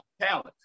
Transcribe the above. talent